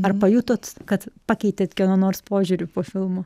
ar pajutot kad pakeitėt kieno nors požiūrį po filmo